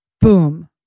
Boom